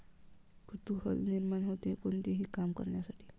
कुतूहल निर्माण होते, कोणतेही काम करण्यासाठी